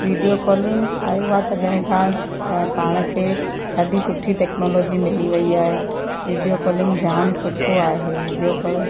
video calling आयो आहे तॾहिं खां पाण खे ॾाढी सुठी टेक्नोलोजी मिली वई आहे वीडियो कॉलींग जामु सुठो आहे वीडियो कॉल